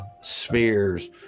spears